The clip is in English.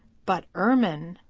but ermine.